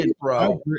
bro